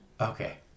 Okay